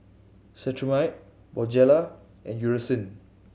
Cetrimide Bonjela and Eucerin